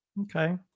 Okay